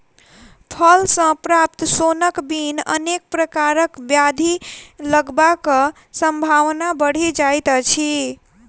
फल सॅ प्राप्त सोनक बिन अनेक प्रकारक ब्याधि लगबाक संभावना बढ़ि जाइत अछि